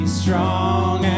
strong